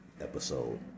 episode